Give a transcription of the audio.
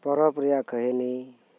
ᱯᱚᱨᱚᱵᱽ ᱨᱮᱭᱟᱜ ᱠᱟᱦᱱᱤ